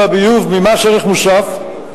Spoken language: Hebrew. תודה רבה לך.